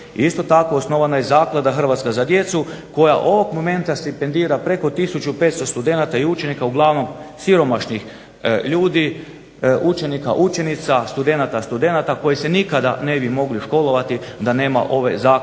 isto tako osnovana je zaklada Hrvatska za djecu, koja ovog momenta stipendira preko tisuću 500 studenata i učenika uglavnom siromašnih ljudi, učenika, učenica, studenata, koji se nikada ne bi mogli školovati da nema ove zaklade.